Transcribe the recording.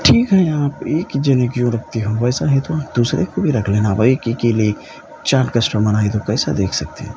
ٹھیک ہے آپ ایک جنے کی وہ رکھتے ویسا ہی تو آپ دوسرے کو بھی رکھ لینا بھائی ایک اکیلے چار کسٹمر آئے تو کیسا دیکھ سکتے